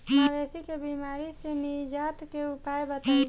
मवेशी के बिमारी से निजात के उपाय बताई?